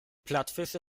plattfische